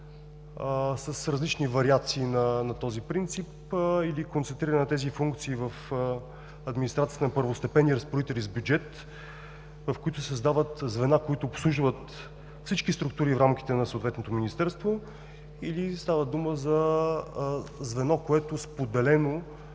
с различни вариации на този принцип, или концентриране на тези функции в администрацията на първостепенни разпоредители с бюджет, в които се създават звена, които обслужват всички структури в рамките на съответното министерство, или става дума за звено, което споделено